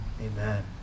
Amen